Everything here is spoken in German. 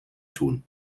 tun